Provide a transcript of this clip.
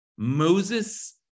Moses